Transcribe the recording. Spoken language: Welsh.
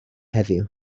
heddiw